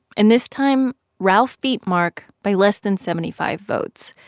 and this time, ralph beat mark by less than seventy five votes,